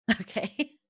okay